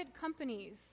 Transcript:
companies